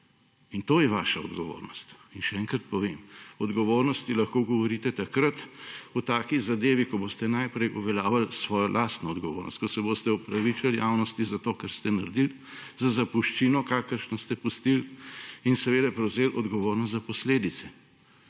In to je vaša odgovornost. Še enkrat povem, o odgovornosti lahko govorite takrat o taki zadevi, ko boste najprej uveljavili svojo lastno odgovornost, ko se boste opravičili javnosti za to, kar ste naredili, za zapuščino, kakršno ste pustili, in seveda prevzeli odgovornost za posledice.